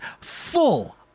full